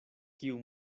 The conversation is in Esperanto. kiu